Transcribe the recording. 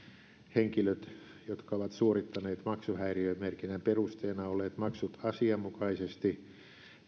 henkilöt jotka ovat suorittaneet maksuhäiriömerkinnän perusteena olleet maksut asianmukaisesti